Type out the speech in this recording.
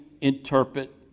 interpret